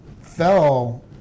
fell